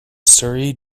surrey